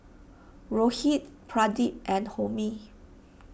Rohit Pradip and Homi